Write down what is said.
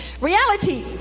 reality